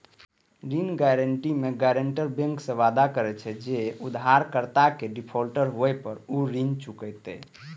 ऋण गारंटी मे guarantor bank सं वादा करे छै, जे उधारकर्ता के डिफॉल्टर होय पर ऊ ऋण चुकेतै